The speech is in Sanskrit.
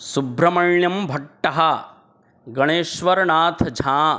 सुब्रह्मण्यम् भट्टः गणेश्वरनाथझा